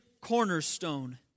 cornerstone